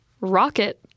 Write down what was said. Rocket